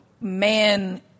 man